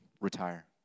retire